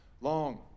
long